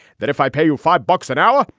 that if i pay you five bucks an hour,